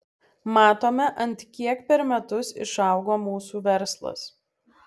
matome ant kiek per metus išaugo mūsų verslas